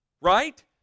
Right